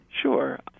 Sure